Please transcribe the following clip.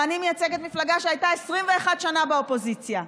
ואני מייצגת מפלגה שהייתה 21 שנה באופוזיציה,